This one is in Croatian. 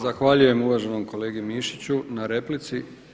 Zahvaljujem uvaženom kolegi Mišiću na replici.